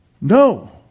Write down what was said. No